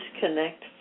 disconnect